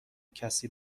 کسی